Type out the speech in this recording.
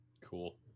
Cool